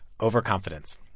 overconfidence